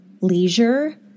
leisure